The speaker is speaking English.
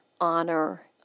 honor